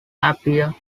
appear